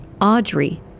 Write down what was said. Audrey